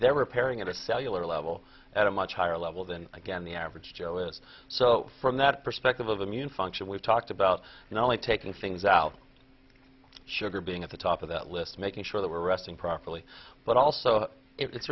they're repairing at a cellular level at a much higher level than again the average joe is so from that perspective of immune function we've talked about not only taking things out sugar being at the top of that list making sure that we're resting properly but also i